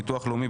ביטוח לאומי,